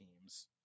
teams